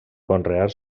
conrear